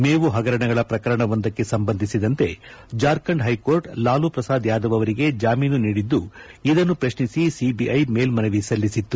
ಮೇವು ಪಗರಣಗಳ ಪ್ರಕರಣವೊಂದಕ್ಕೆ ಸಂಬಂಧಿಸಿದಂತೆ ಜಾರ್ಖಂಡ್ ಹೈಕೋರ್ಟ್ ಲಾಲೂಪ್ರಸಾದ್ ಯಾದವ್ ಅವರಿಗೆ ಜಾಮೀನು ನೀಡಿದ್ದು ಇದನ್ನು ಪ್ರತ್ನಿಸಿ ಸಿಬಿಐ ಮೇಲ್ಲನವಿ ಸಲ್ಲಿಸಿತ್ತು